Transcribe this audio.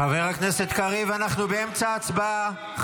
חבר הכנסת קריב, אנחנו באמצע הצבעה.